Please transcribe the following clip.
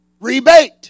rebate